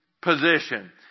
position